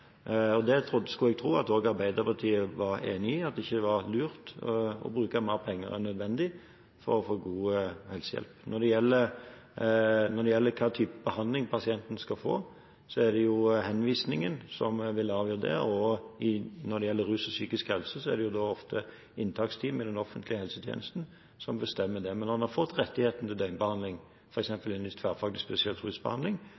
skulle tro at også Arbeiderpartiet er enig i at det ikke er lurt å bruke mer penger enn nødvendig for å få god helsehjelp. Når det gjelder hva slags type behandling pasienten skal få, er det jo henvisningen som vil avgjøre det, og når det gjelder rus og psykisk helse, er det ofte inntaksteamene i den offentlige helsetjenesten som bestemmer det. Men når en har fått rettigheten til